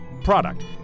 Product